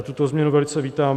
Tuto změnu velice vítám.